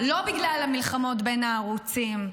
לא בגלל המלחמות בין הערוצים,